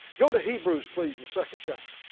go to hebrews please, the second chapter.